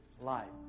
life